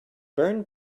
burn